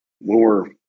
more